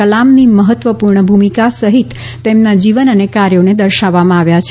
કલામની મહત્વપૂર્ણ ભૂમિકા સહિત તેમના જીવન અને કાર્યોને દર્શાવવામાં આવ્યા છે